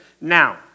Now